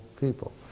people